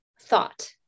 thought